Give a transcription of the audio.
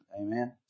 Amen